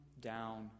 down